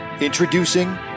Introducing